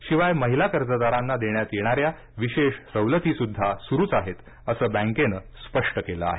शिवाय महिला कर्जदारांना देण्यात येणाऱ्या विशेष सवलती सुद्धा सुरूच आहेत असं बँकेनं स्पष्ट केलं आहे